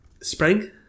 Spring